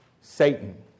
Satan